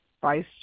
Vice